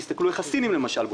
תסתכלו איך הסינים למשל בונים.